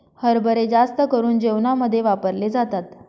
हरभरे जास्त करून जेवणामध्ये वापरले जातात